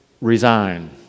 resign